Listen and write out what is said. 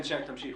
שי, תמשיך.